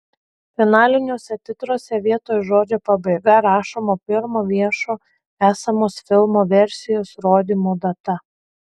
finaliniuose titruose vietoj žodžio pabaiga rašoma pirmo viešo esamos filmo versijos rodymo data